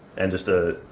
and just, ah,